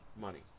money